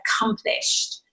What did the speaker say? accomplished